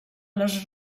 les